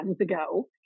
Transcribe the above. ago